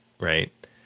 Right